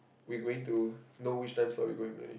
we going to know which times are we going already